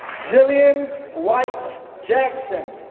jillian white jackson,